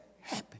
happy